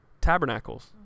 tabernacles